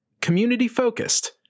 Community-focused